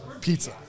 pizza